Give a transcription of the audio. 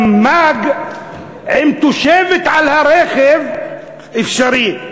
גם מא"ג עם תושבת על הרכב אפשרי.